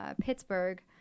Pittsburgh